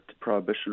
prohibition